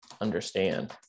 understand